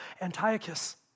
Antiochus